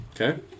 Okay